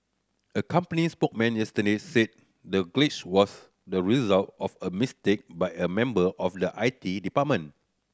a company spokesman yesterday said the glitch was the result of a mistake by a member of the I T department